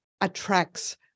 attracts